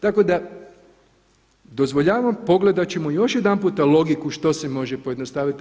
Tako da dozvoljavam, pogledat ćemo još jedanputa logiku što se može pojednostavit.